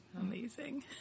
Amazing